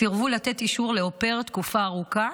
סירבו לתת אישור לאופר תקופה ארוכה